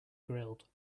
grilled